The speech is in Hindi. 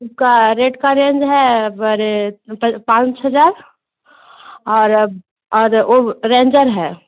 इसका रेड का रेंज हैं अरे पाँच हज़ार और और वो रेंजर है